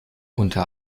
unter